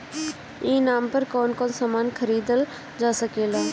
ई नाम पर कौन कौन समान खरीदल जा सकेला?